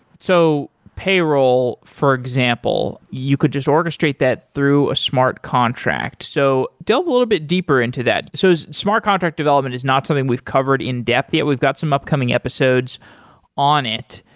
so payroll for example, you could just orchestrate that through a smart contract. so delve a little bit deeper into that. so smart contract development is not something we've covered in-depth, yet we've got some upcoming episodes on it.